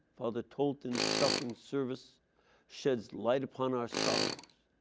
father tolton's suffering service sheds light upon our sorrows.